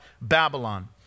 Babylon